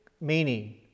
meaning